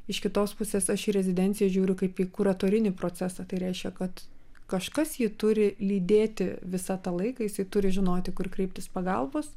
iš kitos pusės aš į rezidenciją žiūriu kaip į kuratorinį procesą tai reiškia kad kažkas jį turi lydėti visą tą laiką jisai turi žinoti kur kreiptis pagalbos